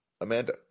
Amanda